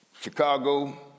Chicago